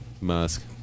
Musk